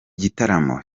gitaramo